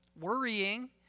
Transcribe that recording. worrying